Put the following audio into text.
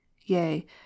yea